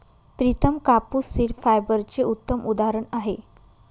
प्रितम कापूस सीड फायबरचे उत्तम उदाहरण आहे